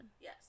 yes